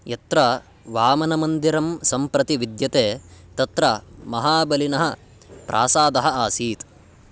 यत्र वामनमन्दिरं सम्प्रति विद्यते तत्र महाबलिनः प्रासादः आसीत्